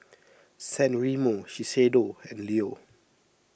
San Remo Shiseido and Leo